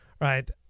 right